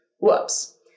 Whoops